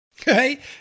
okay